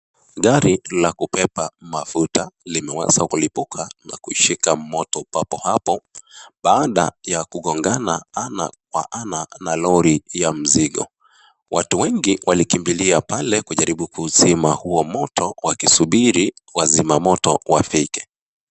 Gari la kubeba mafuta, limeweza kulipuka na kushika moto papo hapo, baada ya kugongana ana kwa ana na lori ya mzigo. Watu wengi walikimbilia pale, kujaribu kuuzima huo moto, wakisubiri wazima moto wafike.